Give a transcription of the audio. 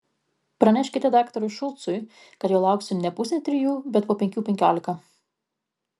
praneškite daktarui šulcui kad jo lauksiu ne pusę trijų bet po penkių penkiolika